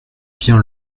bien